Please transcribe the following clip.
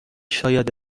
شاید